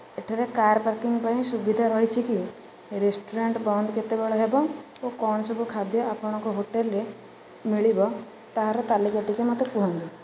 ଏଠାରେ car parking ପାଇଁ ସୁବିଧା ରହିଛି କି ରେଷ୍ଟୁରାଣ୍ଟ ବନ୍ଦ କେତେବେଳେ ହେବ ଓ କ'ଣ ସବୁ ଖାଦ୍ୟ ଆପଣଙ୍କ ହୋଟେଲରେ ମିଳିବ ତାହାର ତାଲିକା ଟିକିଏ ମୋତେ କୁହନ୍ତୁ